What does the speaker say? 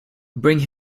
bring